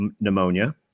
pneumonia